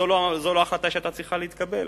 זו לא ההחלטה שהיתה צריכה להתקבל.